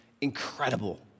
incredible